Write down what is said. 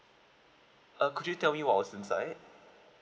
uh could you tell me what was inside